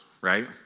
right